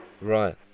Right